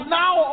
now